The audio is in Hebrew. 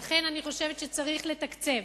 לכן, אני חושבת שצריך לתקצב.